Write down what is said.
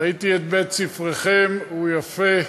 ראיתי את בית-ספרכם, הוא יפה,